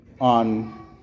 on